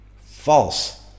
False